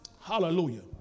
Hallelujah